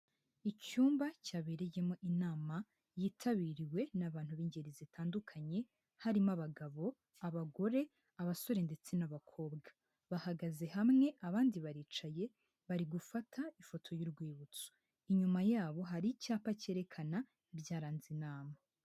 Icyumba cyabereyemo inama, yitabiriwe n'abantu b'ingeri zitandukanye, harimo abagabo, abagore, abasore ndetse n'abakobwa. Bahagaze hamwe, abandi baricaye, bari gufata ifoto y'urwibutso. Inyuma yabo hari icyapa cyerekana ibyaranze inama.